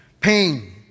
pain